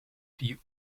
die